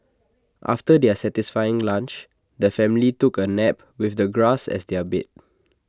after their satisfying lunch the family took A nap with the grass as their bed